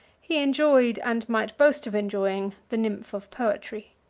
he enjoyed, and might boast of enjoying, the nymph of poetry.